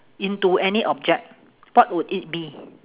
into any object what would it be